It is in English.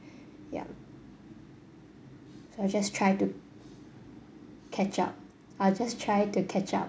yup so I just try to catch up I'll just try to catch up